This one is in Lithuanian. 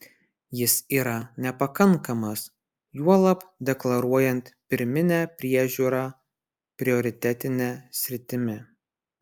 jis yra nepakankamas juolab deklaruojant pirminę priežiūrą prioritetine sritimi